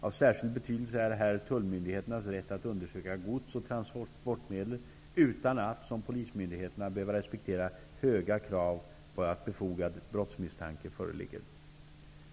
Av särskild betydelse är här tullmyndigheternas rätt att undersöka gods och transportmedel utan att -- som polismyndigheterna -- behöva respektera höga krav på att befogad brottsmisstanke föreligger.